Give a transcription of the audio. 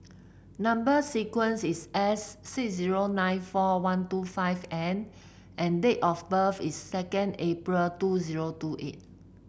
number sequence is S six zero nine four one two five N and date of birth is second April two zero two eight